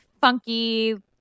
funky –